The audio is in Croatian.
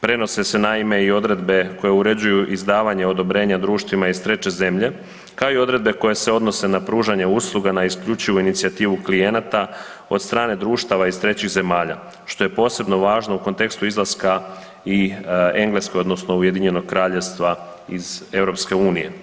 Prenose se naime i odredbe koje uređuju izdavanje odobrenja društvima iz treće zemlje, kao i odredbe koje se odnose na pružanje usluga na isključivu inicijativu klijenata od strane društava iz trećih zemalja, što je posebno važno u kontekstu izlaska i Engleske, odnosno UK-a iz EU.